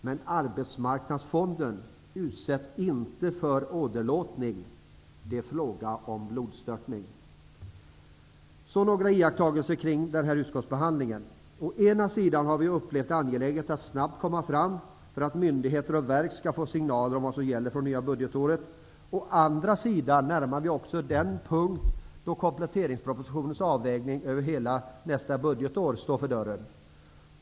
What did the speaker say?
Men arbetsmarknadsfonden utsätts inte för åderlåtning -- det är fråga om blodstörtning. Jag vill så tala om några iakttagelser jag gjort kring utskottsbehandlingen. Vi har å ena sidan upplevt det angeläget att arbeta snabbt för att myndigheter och verk skall få signaler om vad som gäller för det nya budgetåret. Å andra sidan närmar vi oss den tidpunkt då de avvägningar inför hela nästa budgetår som görs i kompletteringspropositionen står för dörren.